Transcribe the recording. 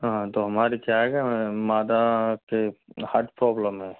हाँ तो हमारी क्या है माता के हार्ट प्रॉब्लम है